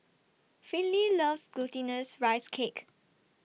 Finley loves Glutinous Rice Cake